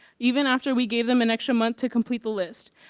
even after we gave them an extra month to complete the list.